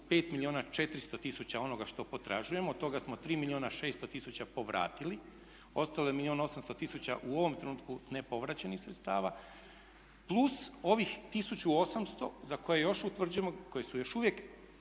milijuna 400 tisuća onoga što potražujemo. Od toga smo 3 milijuna i 600 tisuća povratili, ostalo je milijun i 800 tisuća u ovom trenutku nepovraćenih sredstava plus ovih 1800 za koje još utvrđujemo, koji su još uvijek,